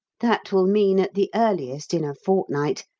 that will mean, at the earliest, in a fortnight,